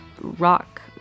rock